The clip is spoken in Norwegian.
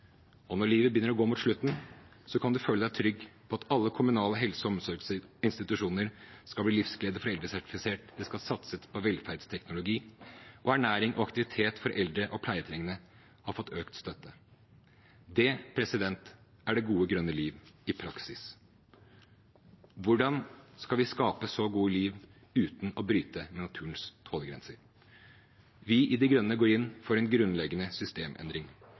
Når livet begynner å gå mot slutten, kan man føle seg trygg på at alle kommunale helse- og omsorgsinstitusjoner skal bli Livsglede for Eldre-sertifisert, det skal satses på velferdsteknologi, og ernæring og aktivitet for eldre og pleietrengende har fått økt støtte. Det er det gode, grønne liv i praksis. Hvordan skal vi skape et så godt liv uten å bryte med naturens tålegrenser? Vi i De Grønne går inn for en grunnleggende systemendring.